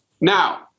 Now